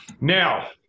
Now